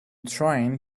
trying